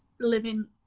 living